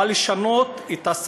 הוא בא לשנות את השפה,